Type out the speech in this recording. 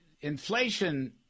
inflation